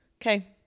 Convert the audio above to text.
Okay